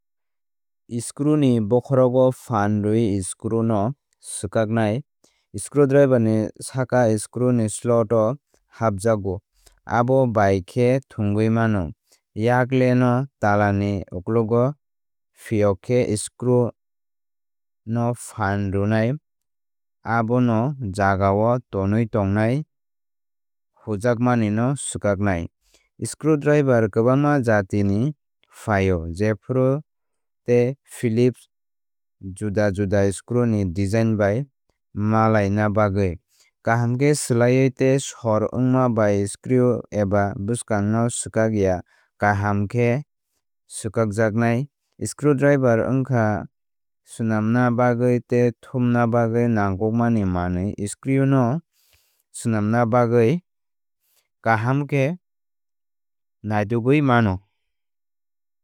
Screw ni bokhorok o phan rwwi skru no swkaknai. Screwdriver ni saka screw ni slot o hapjago abo bai khe thwngwi mano. Yakle no tala ni uklogo phiyok khe screw no phan rwnai abo no jagao tonwi tongnai hojakmani no swkaknai. Screwdriver kwbangma jati ni phaio jephru tei philips juda juda screw ni design bai malaina bagwi. Kaham khe swlaiwi tei sor wngma bai screw eba bwskang no swkak ya kaham khe swkakjak nai. Screwdriver wngkha swnamna bagwi tei thumna bagwi nangkukmani manwi. Screw no swnamna bagwi kaham khe naitugwi mano.